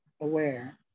aware